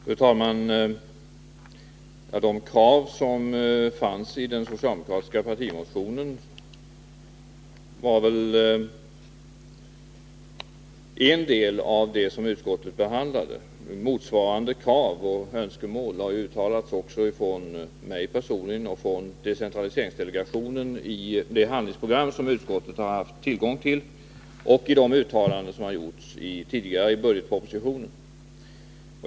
Fru talman! De krav som framställdes i den socialdemokratiska partimotionen är en del av det som utskottet behandlat. Motsvarande krav och önskemål har ju uttalats också av mig personligen och från decentraliseringsdelegationen i det handlingsprogram som utskottet har haft tillgång till. De skärpta decentraliseringskraven har också funnits med i de uttalanden som tidigare gjorts i budgetpropositionen.